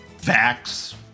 vax